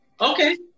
Okay